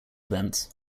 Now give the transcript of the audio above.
events